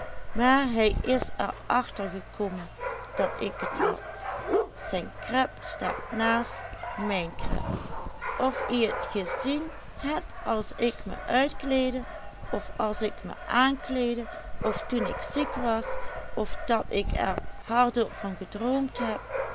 maar hij is er achter gekomme dat ik et had zijn kreb staat naast mijn kreb of ie et gezien het as ik me uitkleedde of as ik me aankleedde of toen ik ziek was of dat ik er hardop van gedroomd heb